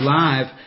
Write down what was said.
live